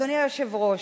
אדוני היושב-ראש,